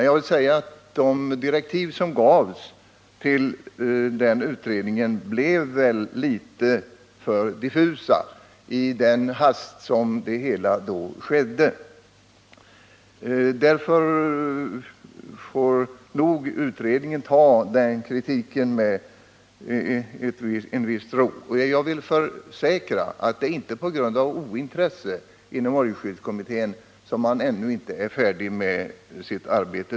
Jag vill dock framhålla att de direktiv som denna utredning fick blev litet för diffusa i den hast som man då arbetade i. Därför får nog utredningen ta denna kritik med viss ro. Jag vill försäkra att det inte är på grund av ointresse inom oljeskyddskommittén som denna ännu inte är färdig med sitt arbete.